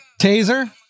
taser